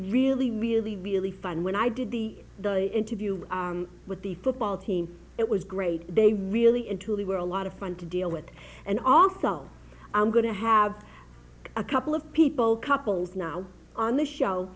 really really really fun when i did the interview with the football team it was great they really into were a lot of fun to deal with and also i'm going to have a couple of people couples now on the show